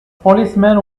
policeman